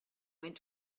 went